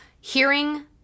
Hearing